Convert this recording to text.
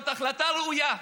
זאת החלטה ראויה,